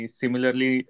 similarly